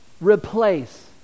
replace